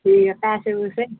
ठीक ऐ पैसे पूसे